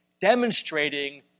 demonstrating